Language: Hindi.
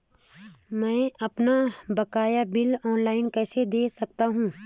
मैं अपना बकाया बिल ऑनलाइन कैसे दें सकता हूँ?